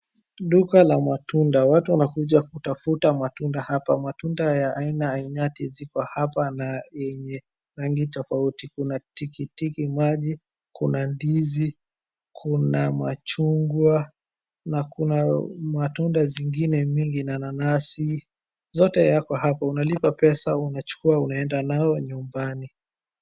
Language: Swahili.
Duka la matunda, watu wanakuja kutafuta matunda hapa matunda ya aina ainati ziko hapa na yenye rangi tofauti kuna tikitiki maji, kuna ndizi, kuna machungwa na kuna matunda zingine mingi na nanasi zote yako hapa. Unalipa pesa unachukua unaenda nayo nyumbani.